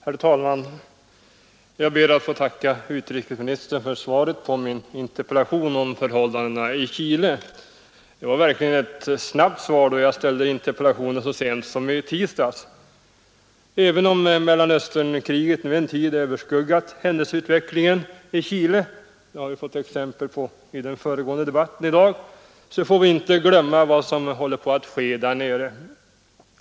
Herr talman! Jag ber att få tacka utrikesministern för svaret på min interpellation om förhållandena i Chile. Det var verkligen ett snabbt svar, då jag framställde interpellationen så sent som i tisdags. Även om Mellanösternkriget nu en tid har överskuggat händelseutvecklingen i Chile — det har vi fått exempel på i den föregående debatten i dag — får vi inte glömma vad som håller på att ske där.